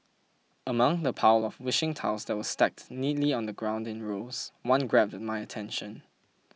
among the pile of wishing tiles that were stacked neatly on the ground in rows one grabbed my attention